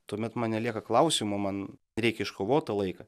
tuomet man nelieka klausimo man reikia iškovot tą laiką